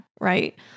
right